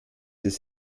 ist